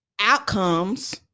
outcomes